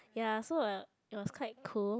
ya so uh it was quite cool